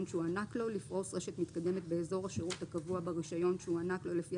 שהוענק לו לפרוס רשת מתקדמת באזור השירות הקבוע ברישיון שהוענק לו לפי